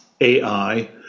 AI